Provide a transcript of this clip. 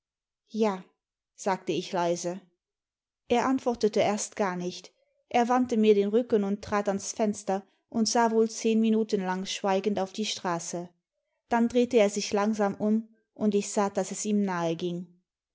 ja sage ich leise er antwortete erst gar nicht er wandte mir den rücken und trat ans fenster und sah wohl zehn minuten lang schweigend auf die straße dann drehte er sich langsam um und ich sah daß es ihm nahe